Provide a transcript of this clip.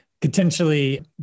potentially